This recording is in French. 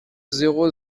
zéro